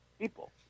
people